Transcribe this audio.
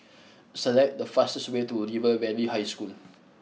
select the fastest way to River Valley High School